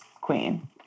queen